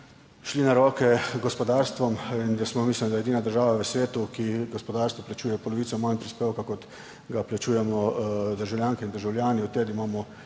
šli na roko gospodarstvom, in smo, mislim, da edina država v svetu, kjer gospodarstvo plačuje polovico manj prispevka, kot ga plačujemo državljanke in državljani. Od takrat imamo